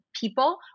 people